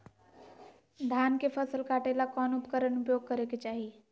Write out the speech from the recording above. धान के फसल काटे ला कौन उपकरण उपयोग करे के चाही?